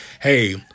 hey